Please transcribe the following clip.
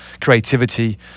creativity